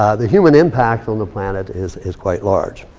the human impact on the planet is is quite large.